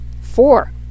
four